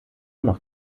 noch